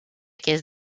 caisse